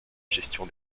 gestion